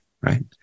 right